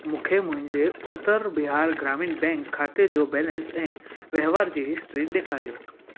मूंखे मुंहिंजे उत्तर बिहार ग्रामीण बैंक खाते जो बैलेंस ऐं वहिंवार जी हिस्ट्री ॾेखारियो